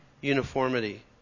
uniformity